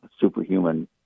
superhuman